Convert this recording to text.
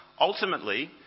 Ultimately